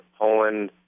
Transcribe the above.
Poland